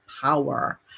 power